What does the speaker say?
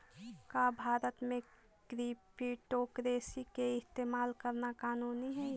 का भारत में क्रिप्टोकरेंसी के इस्तेमाल करना कानूनी हई?